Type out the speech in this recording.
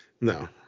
No